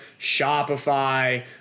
Shopify